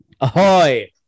Ahoy